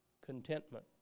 contentment